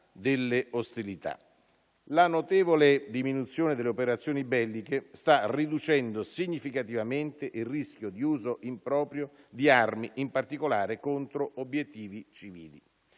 delle ostilità. La notevole diminuzione delle operazioni belliche sta riducendo significativamente il rischio di uso improprio di armi, in particolare contro obiettivi civili.